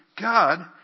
God